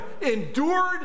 endured